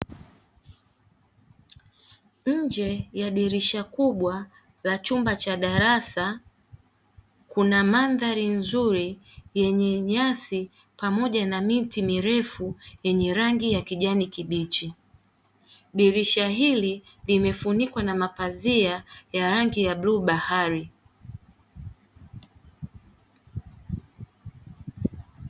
Nje ya dirisha kubwa la chumba cha darasa kuna mandhari nzuri yenye nyasi pamoja na miti mirefu yenye rangi ya kijani kibichi dirisha hili limefunikwa na mapazia ya rangi ya bluu bahari.